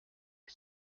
qui